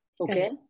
Okay